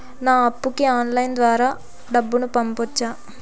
నా అప్పుకి ఆన్లైన్ ద్వారా డబ్బును పంపొచ్చా